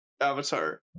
Avatar